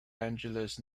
angeles